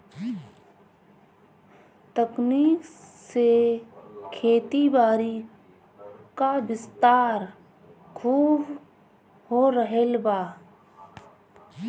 तकनीक से खेतीबारी क विस्तार खूब हो रहल बा